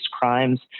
crimes